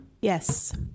yes